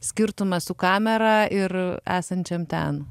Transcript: skirtumas su kamera ir esančiam ten